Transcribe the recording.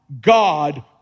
God